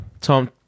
Tom